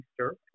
Easter